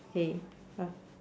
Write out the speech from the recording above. K